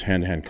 HAND-TO-HAND